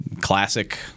Classic